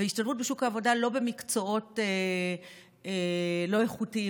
והשתלבות בשוק העבודה לא במקצועות לא איכותיים,